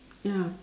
ya